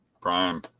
Prime